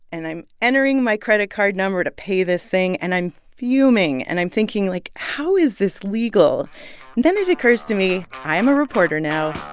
and i'm entering my credit card number to pay this thing, and i'm fuming, and i'm thinking, like, how is this legal? and then it occurs to me i am a reporter now.